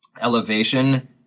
elevation